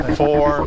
four